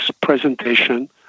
presentation